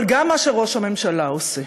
אבל גם מה שראש הממשלה עושה.